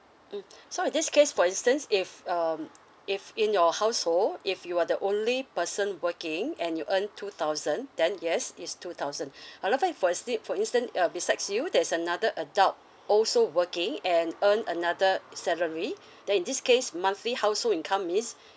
mm so in this case for instance if um if in your household if you are the only person working and you earn two thousand then yes is two thousand however for say for instance uh besides you there is another adult also working and earn another salary then in this case monthly household income means